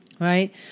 right